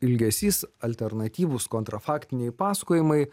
ilgesys alternatyvūs kontrafakciniai pasakojimai